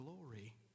glory